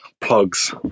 Plugs